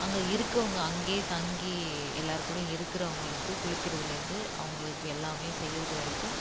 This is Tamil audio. அங்கே இருக்கறவங்க அங்கேயே தங்கி எல்லாருக்கூடயும் இருக்கிறவங்களுக்கு குளிக்கிறதுலேருந்து அவங்களுக்கு எல்லாமே செய்கிறது வரைக்கும்